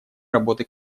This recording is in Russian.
работы